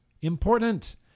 Important